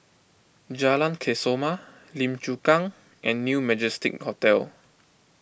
Jalan Kesoma Lim Chu Kang and New Majestic Hotel